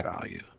value